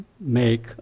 make